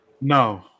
no